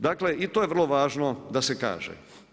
Dakle, i to je vrlo važno da se kaže.